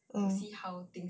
mm